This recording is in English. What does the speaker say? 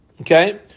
Okay